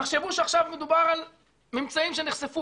תחשבו שעכשיו מדובר על ממצאים שנחשפו